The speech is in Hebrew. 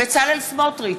בצלאל סמוטריץ,